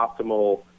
optimal